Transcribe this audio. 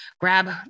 grab